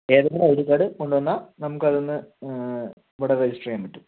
ഏതെങ്കിലും I D card കൊണ്ടുവന്നാൽ നമുക്കത് ഒന്ന് ഇവിടെ രജിസ്റ്റർ ചെയ്യാൻ പറ്റും